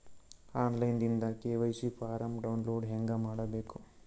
On line ದಿಂದ KYC form download ಹೇಂಗ ಮಾಡಬೇಕು?